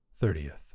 Thirtieth